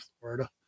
Florida